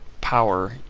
power